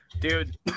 Dude